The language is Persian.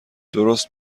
درست